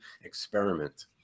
experiment